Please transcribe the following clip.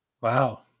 Wow